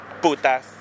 putas